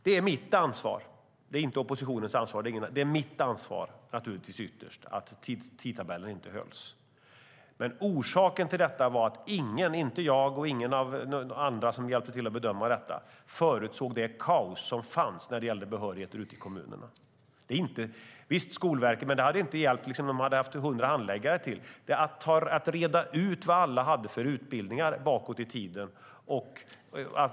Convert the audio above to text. Det är ytterst mitt - och inte oppositionens - ansvar att tidtabellen inte hölls. Men orsaken till det var att varken jag eller någon annan förutsåg kaoset i kommunerna när det gällde behörigheter. Det hade inte hjälpt om Skolverket hade haft hundra ytterligare handläggare. Kommunerna hade inte någon koll på vad alla hade för utbildningar bakåt i tiden.